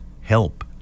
help